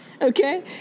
Okay